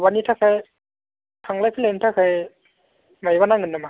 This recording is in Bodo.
मानि थाखाय थांलाय फैलायनि थाखाय माइबा नांगोन नामा